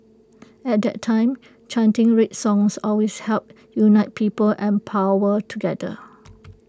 at that time chanting red songs always helped unite people and power together